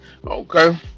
Okay